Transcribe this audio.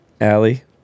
Allie